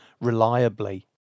reliably